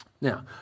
Now